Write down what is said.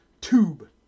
tube